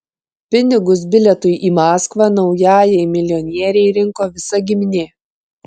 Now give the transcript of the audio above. pinigus bilietui į maskvą naujajai milijonierei rinko visa giminė